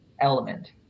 element